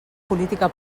política